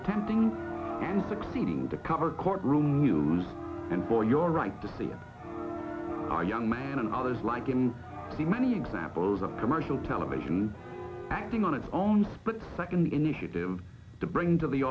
attempting and succeeding to cover courtroom news and for your right to see a young man and others like him see many examples of commercial television acting on its own but second initiative to bring to the